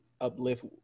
uplift